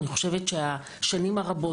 אני חושבת שהשנים הרבות,